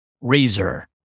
Razor